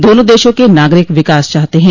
दोनों देशों के नागरिक विकास चाहते हैं